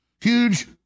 Huge